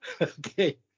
okay